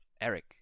Eric